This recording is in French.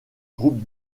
groupe